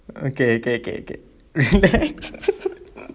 okay kay kay kay relax